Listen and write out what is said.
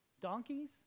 donkeys